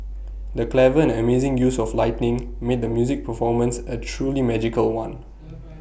the clever and amazing use of lighting made the music performance A truly magical one